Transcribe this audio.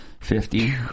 Fifty